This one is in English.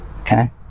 Okay